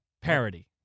Parody